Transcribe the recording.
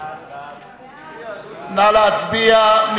נא להצביע.